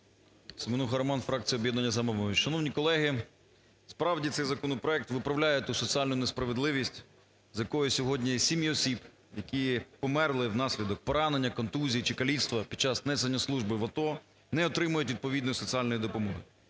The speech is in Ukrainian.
СеменухаРоман, фракція "Об'єднання "Самопоміч". Шановні колеги! Справді, цей законопроект виправляє ту соціальну несправедливість, з-за якої сьогодні сім'ї осіб, які померли внаслідок поранення, контузії чи каліцтва під час несення служби в АТО, не отримують відповідної соціальної допомоги,